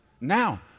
now